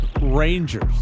rangers